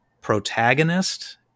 protagonist